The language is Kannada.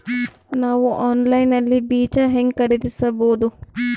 ನಾವು ಆನ್ಲೈನ್ ನಲ್ಲಿ ಬೀಜ ಹೆಂಗ ಖರೀದಿಸಬೋದ?